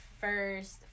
first